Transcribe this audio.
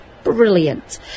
Brilliant